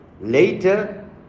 Later